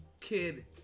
kid